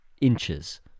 inches